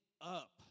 up